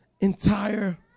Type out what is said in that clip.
entire